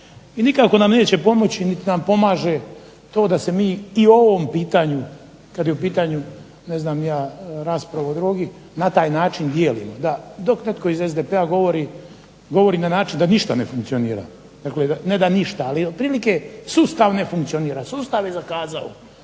I nikako nam neće pomoći nit nam pomaže to da se mi i o ovom pitanju, kad je u pitanju, ne znam ni ja, rasprava o drogi, na taj način dijelimo. Dok netko iz SDP-a govori na način da ništa ne funkcionira. Dakle, ne da ništa ali otprilike sustav ne funkcionira, sustav je zakazao.